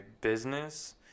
business